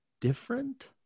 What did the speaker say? different